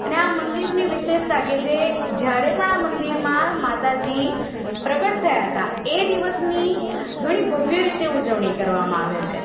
અને આ મંદિરની વિશેષતા કે જે જ્યારે પણ આ મંદિરમાં માતાજી પ્રગટ થયા તા એ દિવસની ઘણી ભવ્ય રીતે ઉજવણી કરવામાં આવે છે